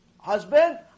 husband